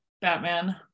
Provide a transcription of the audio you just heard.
Batman